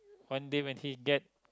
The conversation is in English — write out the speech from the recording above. one day when he get